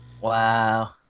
Wow